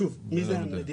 שוב, מי זה המדינה?